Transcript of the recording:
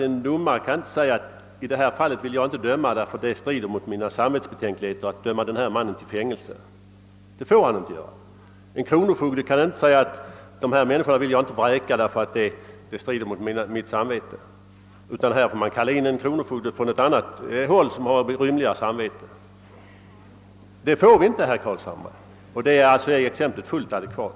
En domare kan inte säga: I detta fall kan jag inte döma därför att det strider mot mitt samvete att döma denne man till fängelse. Så får han inte göra. En kronofogde kan inte säga, att han har samvetsbetänkligheter mot att vräka vissa människor och att man därför får kalla in en kronofogde med rymligare samvete från annat håll. Det får vi inte, herr Carlshamre! Alltså är exemplet fullt adekvat.